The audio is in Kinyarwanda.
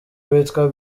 witwa